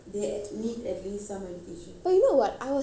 but you know what I was surprised at the fact ah that